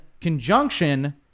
conjunction